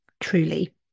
truly